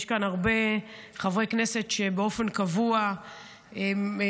יש כאן הרבה חברי כנסת שבאופן קבוע מציירים